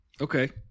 Okay